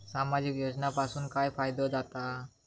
सामाजिक योजनांपासून काय फायदो जाता?